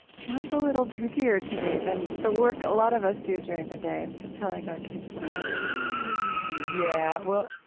sounds a little trickier to me than the work a lot of us do during the day and telling our kids what that is yeah. well,